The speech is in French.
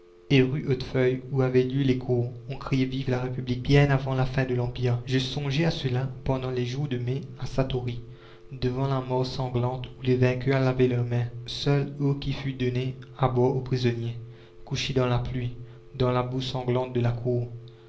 rue hautefeuille où avaient lieu les cours on criait vive la république bien avant la fin de l'empire je songeais à cela pendant les jours de mai à satory devant la mare sanglante où les vainqueurs lavaient leurs mains seule eau qui fut donnée à boire aux prisonniers couchés dans la pluie dans la boue sanglante de la cour